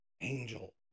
angel